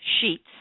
sheets